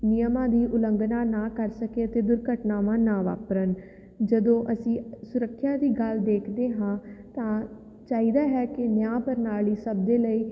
ਨਿਯਮਾਂ ਦੀ ਉਲੰਘਣਾ ਨਾ ਕਰ ਸਕੇ ਅਤੇ ਦੁਰਘਟਨਾਵਾਂ ਨਾ ਵਾਪਰਨ ਜਦੋਂ ਅਸੀਂ ਸੁਰੱਖਿਆ ਦੀ ਗੱਲ ਦੇਖਦੇ ਹਾਂ ਤਾਂ ਚਾਹੀਦਾ ਹੈ ਕਿ ਨਿਆਂ ਪ੍ਰਣਾਲੀ ਸਭ ਦੇ ਲਈ